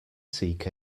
seek